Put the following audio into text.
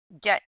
get